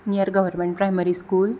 near government primary school